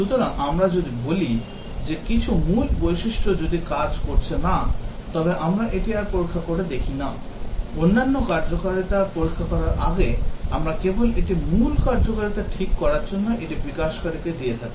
সুতরাং আমরা যদি বলি যে কিছু মূল বৈশিষ্ট্য যদি কাজ করছে না তবে আমরা এটি আর পরীক্ষা করে দেখি না অন্যান্য কার্যকারিতা পরীক্ষা করার আগে আমরা কেবল এটি মূল কার্যকারিতা ঠিক করার জন্য এটি বিকাশকারীকে দিয়ে থাকি